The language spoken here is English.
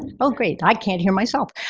on? oh, great, i can't hear myself.